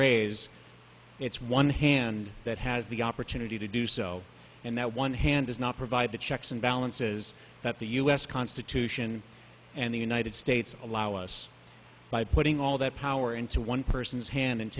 raise it's one hand that has the opportunity to do so and that one hand does not provide the checks and balances that the u s constitution and the united states allow us by putting all that power into one person's hand and